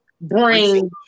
bring